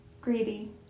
Greedy